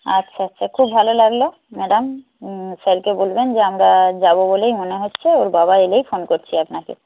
আচ্ছা আচ্ছা খুব ভালো লাগল ম্যাডাম স্যারকে বলবেন যে আমরা যাব বলেই মনে হচ্ছে ওর বাবা এলেই ফোন করছি আপনাকে